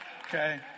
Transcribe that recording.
Okay